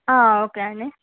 okay అండి